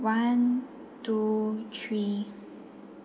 one two three